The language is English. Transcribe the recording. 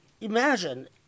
Imagine